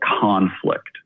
conflict